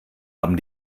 haben